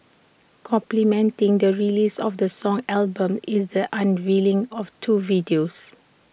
complementing the release of the song album is the unveiling of two videos